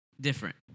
different